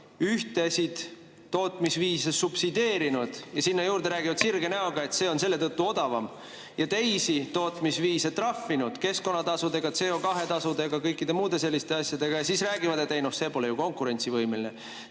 ühtesid tootmisviise subsideerinud ja sinna juurde räägivad sirge näoga, et see on selle tõttu odavam, ja teisi tootmisviise trahvinud keskkonnatasudega, CO2‑tasudega, kõikide muude selliste asjadega, ja siis räägivad, et ei noh, see pole ju konkurentsivõimeline,